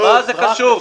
מה זה קשור?